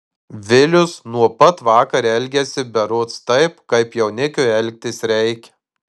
vilius nuo pat vakar elgiasi berods taip kaip jaunikiui elgtis reikia